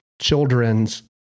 children's